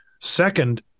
second